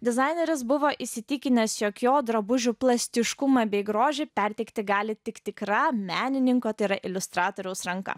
dizaineris buvo įsitikinęs jog jo drabužių plastiškumą bei grožį perteikti gali tik tikra menininko tai yra iliustratoriaus ranka